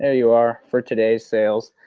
ah you are for today's sales.